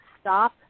Stop